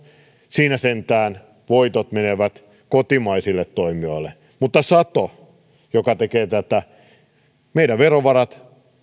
siinä sentään voitot menevät kotimaisille toimijoille mutta satossa joka tekee tätä meidän verovaramme